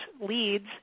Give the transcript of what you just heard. leads